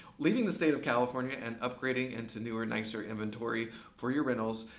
leaving the state of california and upgrading into newer, nicer inventory for your rentals,